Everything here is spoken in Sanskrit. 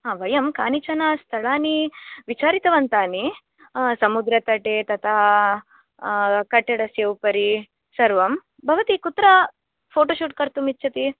वयं कानिचन स्थलानि विचारितवन्तानि समुद्रतटे तथा कट्टडस्य उपरि सर्वं भवति कुत्र फ़ोटोशूट् कर्तुम् इच्छति